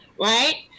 right